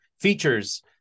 features